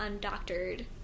undoctored